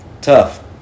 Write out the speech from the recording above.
Tough